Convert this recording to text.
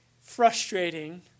frustrating